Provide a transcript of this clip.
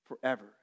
forever